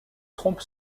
trompe